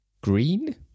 Green